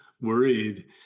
worried